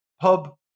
pub